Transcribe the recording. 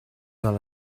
dans